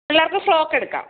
പിള്ളേർക്ക് ഫ്രോക്ക് എടുക്കാം